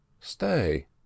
Stay